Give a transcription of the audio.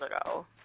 ago